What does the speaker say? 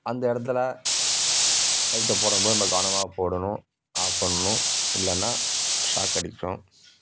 அந்த இடத்துல லைட்ட போடும் போது நம்ம கவனமாக போடணும் ஆப் பண்ணணும் இல்லைனா ஷாக் அடிக்கும்